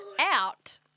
out